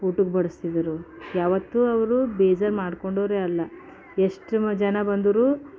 ಊಟಕ್ಕೆ ಬಡಿಸ್ತಿದ್ರು ಯಾವತ್ತು ಅವರು ಬೇಜಾರು ಮಾಡಿಕೊಂಡವರೇ ಅಲ್ಲ ಎಷ್ಟು ಜನ ಬಂದರೂ